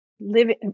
living